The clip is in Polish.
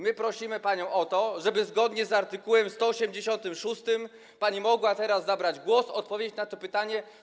My prosimy panią o to, żeby zgodnie z art. 186 pani mogła teraz zabrać głos i odpowiedzieć na to pytanie.